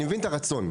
אני מבין את הרצון,